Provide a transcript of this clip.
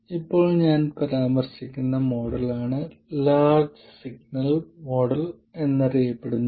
ഞാൻ ഇപ്പോൾ പരാമർശിക്കുന്ന മോഡലാണ് ലാർജ് സിഗ്നൽ മോഡൽ എന്നറിയപ്പെടുന്നത്